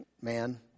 man